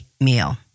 meal